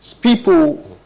people